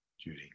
judy